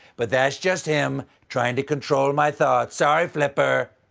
but that's just him trying to control my thoughts. sorry, flipper.